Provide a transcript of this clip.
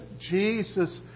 Jesus